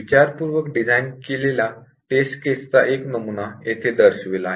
विचारपूर्वक डिझाइन केलेला टेस्ट केसचा एक नमुना येथे दर्शवला आहे